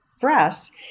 breasts